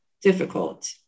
difficult